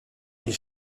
ils